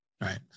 Right